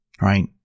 right